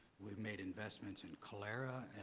we made investments in calera,